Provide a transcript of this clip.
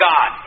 God